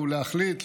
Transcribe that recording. הוא להחליט,